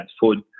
food